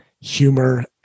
humor